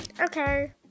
Okay